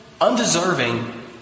undeserving